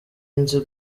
nzi